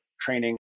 training